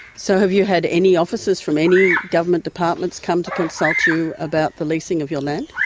so have you had any officers from any government departments come to consult you about the leasing of your land?